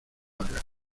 algas